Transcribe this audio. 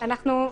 נוסח,